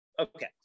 okay